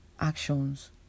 actions